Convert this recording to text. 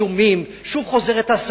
שוב חוזרים האיומים,